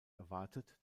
erwartet